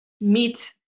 meet